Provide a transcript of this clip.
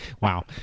Wow